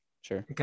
Sure